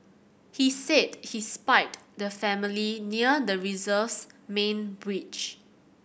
he said he spied the family near the reserve's main bridge